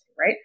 right